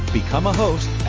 becomeahost